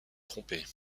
tromper